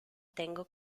tengo